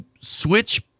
switch